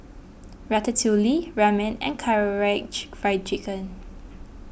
Ratatouille Ramen and Karaage Fried Chicken